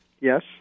Yes